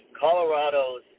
Colorado's